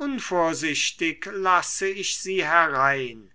unvorsichtig lasse ich sie herein